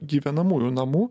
gyvenamųjų namų